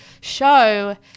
show